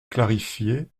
clarifier